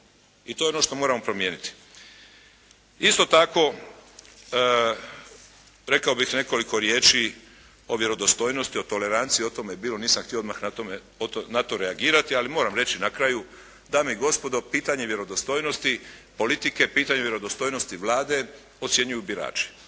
I to je ono što moramo promijeniti. Isto tako rekao bih nekoliko riječi o vjerodostojnosti, o toleranciji. O tome je bilo, nisam htio odmah na tome, o to, na to reagirati ali moram reći na kraju dame i gospodo pitanje vjerodostojnosti politike, pitanje vjerodostojnosti Vlade ocjenjuju birači.